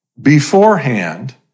beforehand